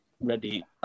ready